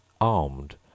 armed